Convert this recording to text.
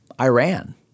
Iran